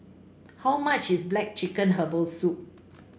how much is black chicken Herbal Soup